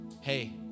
Hey